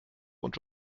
und